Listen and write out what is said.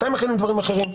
מתי מחילים דברים אחרים,